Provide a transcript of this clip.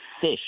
fish